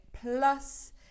plus